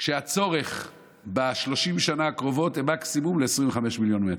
והצורך ב-30 השנים האחרונות הוא מקסימום ל-25 מיליון מטרים.